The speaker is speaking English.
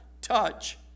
touch